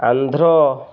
Andhra